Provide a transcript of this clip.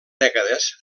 dècades